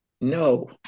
No